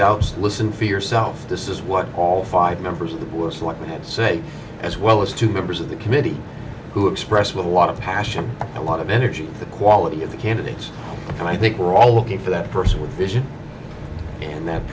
doubts listen for yourself this is what all five members of the worst want to say as well as to members of the committee who express what a lot of passion a lot of energy the quality of the candidates and i think we're all looking for that person with vision and that